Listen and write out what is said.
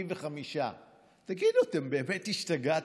75. תגידו, אתם באמת השתגעתם?